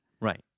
Right